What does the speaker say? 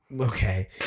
Okay